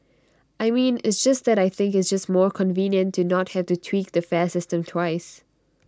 I mean it's just that I think it's just more convenient to not have to tweak the fare system twice